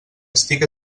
estic